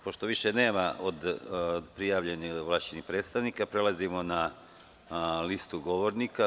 Pošto više nema prijavljenih ovlašćenih predstavnika, prelazimo na listu govornika.